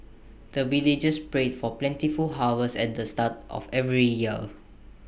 the villagers pray for plentiful harvest at the start of every year